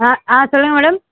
ஆ ஆ சொல்லுங்க மேடம்